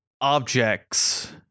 objects